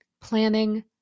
Planning